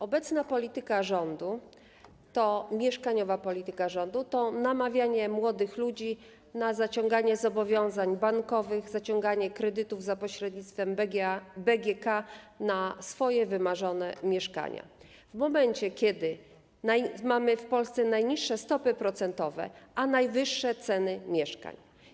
Obecna polityka rządu, mieszkaniowa polityka rządu to namawianie młodych ludzi do zaciągania zobowiązań bankowych, zaciągania kredytów za pośrednictwem BGK na swoje wymarzone mieszkanie, w momencie kiedy mamy w Polsce najniższe stopy procentowe i najwyższe ceny mieszkań.